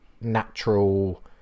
natural